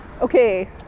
okay